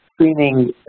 screening